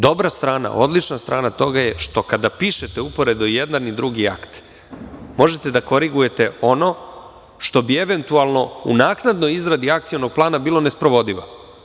Dobra strana, odlična strana toga je što kada pišete uporedo i jedan i drugi akt, možete da korigujete ono što bi eventualno u naknadnoj izradi akcionog plana bilo nesprovodivo.